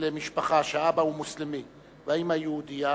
למשפחה שהאבא מוסלמי והאמא יהודייה,